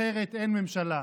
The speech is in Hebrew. אחרת אין ממשלה.